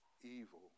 evil